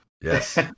Yes